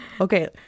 okay